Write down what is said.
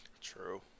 True